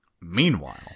Meanwhile